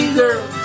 girl